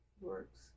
works